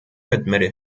admitted